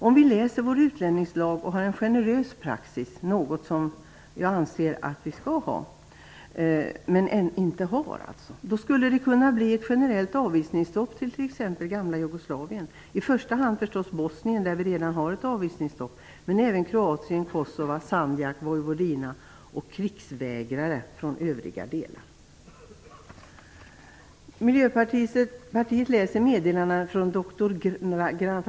Om vi läser vår utlänningslag och har en generös praxis, något som jag anser att vi skall ha men ännu inte har, skulle det kunna bli ett generellt avvisningsstopp för t.ex. personer från det f.d. Jugoslavien. I första hand gäller det förstås Bosnien, och vi har för bosnier redan infört ett avvisningsstopp, men det gäller här även Kroatien, Kosova, Sandjak och Vojvodina. För övriga delar borde avvisningsstopp gälla för krigsvägrare.